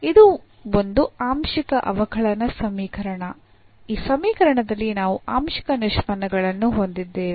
ಇದು ಒಂದು ಆಂಶಿಕ ಅವಕಲನ ಸಮೀಕರಣ ಈ ಸಮೀಕರಣದಲ್ಲಿ ನಾವು ಆಂಶಿಕ ನಿಷ್ಪನ್ನಗಳನ್ನು ಹೊಂದಿದ್ದೇವೆ